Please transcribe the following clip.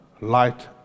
light